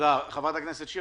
חברת הכנסת שיר,